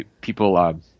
people